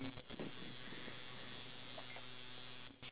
how's your pet bird at home